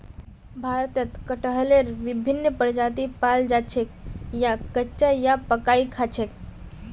भारतत कटहलेर विभिन्न प्रजाति पाल जा छेक याक कच्चा या पकइ खा छेक